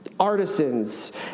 Artisans